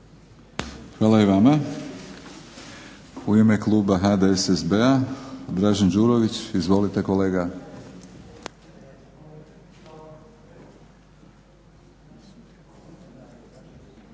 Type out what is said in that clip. Hvala i vama. U ime kluba HDSSB-a Dražen Đurović. Izvolite kolega.